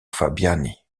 fabiani